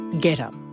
GetUp